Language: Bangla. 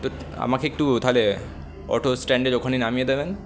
তো আমাকে একটু তাহলে অটো স্ট্যাণ্ডের ওখানে নামিয়ে দেবেন